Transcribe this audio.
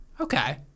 Okay